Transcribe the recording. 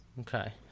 okay